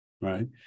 right